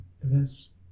events